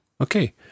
Okay